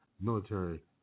military